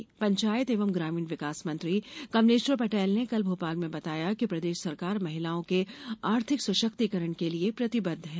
सांसद पंचायत एवं ग्रामीण विकास मंत्री कमलेश्वर पटेल ने कल भोपाल में बताया कि प्रदेश सरकार महिलाओं के आर्थिक सशक्तिकरण के लिये प्रतिबद्ध है